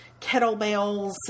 kettlebells